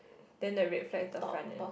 then the red flag is the front one